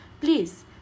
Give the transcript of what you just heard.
Please